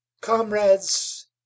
comrades